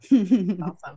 awesome